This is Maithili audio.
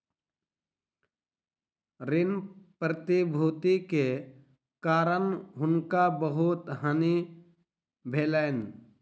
ऋण प्रतिभूति के कारण हुनका बहुत हानि भेलैन